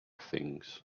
things